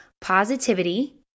Positivity